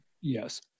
yes